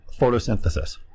photosynthesis